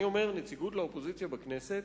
כשאני אומר "נציגות לאופוזיציה בכנסת",